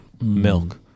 milk